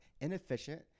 inefficient